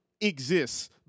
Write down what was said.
exists